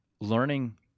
learning